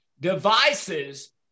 devices